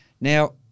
now